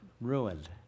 ruined